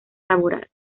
laboral